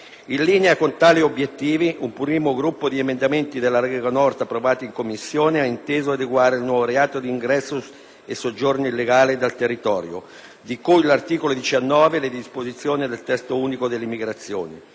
In linea con tali obiettivi, un primo gruppo di emendamenti della Lega Nord approvati in Commissione ha inteso adeguare al nuovo reato di ingresso e soggiorno illegale nel territorio, di cui all'articolo 19, le disposizioni del testo unico dell'immigrazione.